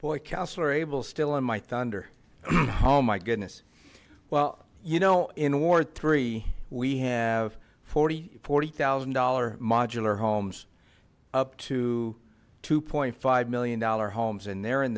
able still on my thunder oh my goodness well you know in ward three we have forty forty thousand dollars modular homes up to two five million dollar homes and they're in